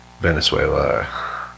venezuela